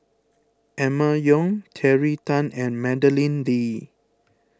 Emma Yong Terry Tan and Madeleine Lee